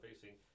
facing